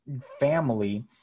family